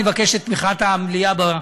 אני מבקש את תמיכת המליאה בחוק.